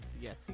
Yes